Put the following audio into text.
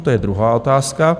To je druhá otázka.